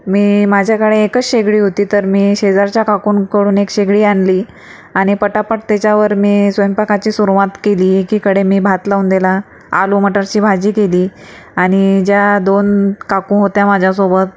मी माझ्याकडे एकच शेगडी होती तर मी शेजारच्या काकूंकडून एक शेगडी आणली आणि पटापट त्याच्यावर मी स्वयंपाकाची सुरुवात केली एकीकडे मी भात लावून दिला आलू मटरची भाजी केली आणि ज्या दोन काकू होत्या माझ्यासोबत